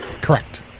correct